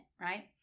right